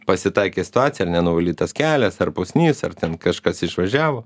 pasitaikė situacija ar nenuvalytas kelias ar pusnis ar ten kažkas išvažiavo